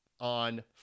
on